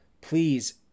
Please